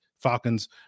Falcons